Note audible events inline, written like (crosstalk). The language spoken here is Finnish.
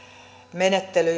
menettely (unintelligible)